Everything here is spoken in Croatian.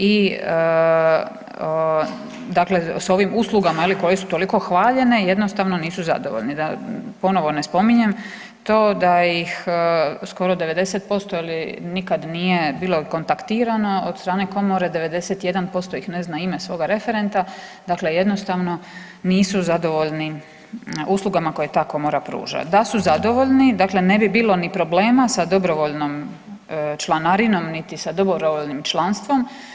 I dakle s ovim uslugama je li koje su toliko hvaljene jednostavno nisu zadovoljni, da ponovo ne spominjem to da ih skoro 90% nikad nije bilo kontaktirano od strane komore, 91% ih ne zna ime svoga referenta, dakle jednostavno nisu zadovoljni uslugama koje ta komora pruža, da su zadovoljni dakle ne bi bilo ni problema sa dobrovoljnom članarinom niti sa dobrovoljnim članstvom.